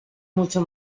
mucho